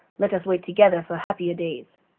let us wait together for happier days.